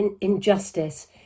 injustice